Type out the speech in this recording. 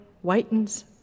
whitens